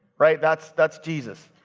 right, that's that's jesus.